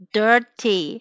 dirty